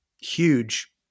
huge